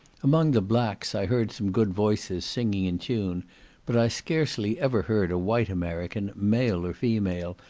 among the blacks, i heard some good voices, singing in tune but i scarcely ever heard a white american, male or female,